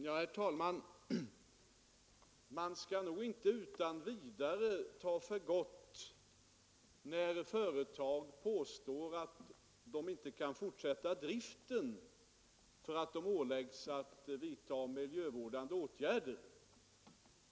Herr talman! Man skall nog inte utan vidare ta för gott när företag påstår att de inte kan fortsätta driften därför att de åläggs att vidta miljövårdande åtgärder.